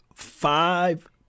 five